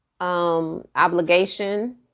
Obligation